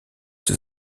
ses